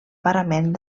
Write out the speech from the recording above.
parament